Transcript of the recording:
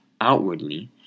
outwardly